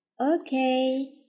Okay